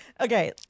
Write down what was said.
okay